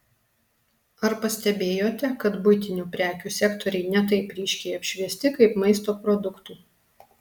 ar pastebėjote kad buitinių prekių sektoriai ne taip ryškiai apšviesti kaip maisto produktų